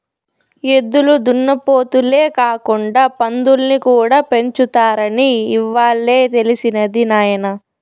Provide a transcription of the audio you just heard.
ఎద్దులు దున్నపోతులే కాకుండా పందుల్ని కూడా పెంచుతారని ఇవ్వాలే తెలిసినది నాయన